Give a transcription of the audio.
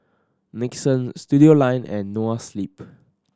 Nixon Studioline and Noa Sleep